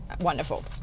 wonderful